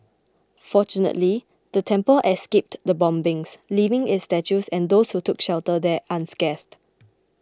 fortunately the temple escaped the bombings leaving its statues and those who took shelter there unscathed